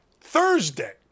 Thursday